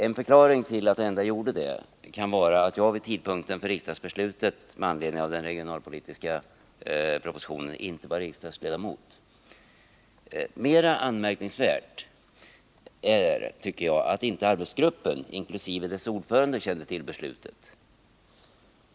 En förklaring till att det ändå gjorde det kan vara att jag inte var riksdagsledamot vid tidpunkten för riksdagsbeslutet med anledning av den regionalpolitiska propositionen. Mera anmärkningsvärt är, tycker jag, att inte arbetsgruppen inkl. dess ordförande kände till beslutet.